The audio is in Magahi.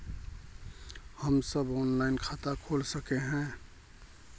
हम सब ऑनलाइन खाता खोल सके है?